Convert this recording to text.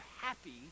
happy